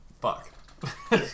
fuck